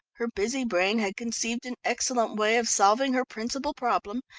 her busy brain had conceived an excellent way of solving her principal problem,